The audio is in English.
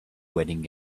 wedding